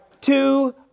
two